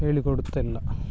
ಹೇಳಿ ಕೊಡುತ್ತ ಇಲ್ಲ